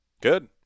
Good